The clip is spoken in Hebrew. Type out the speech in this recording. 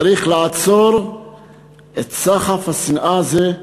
צריך לעצור את סחף השנאה הזה,